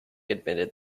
admitted